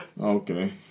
Okay